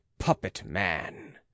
puppet-man